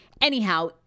anyhow